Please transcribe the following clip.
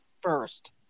first